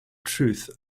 truth